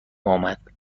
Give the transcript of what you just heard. آمد